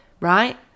Right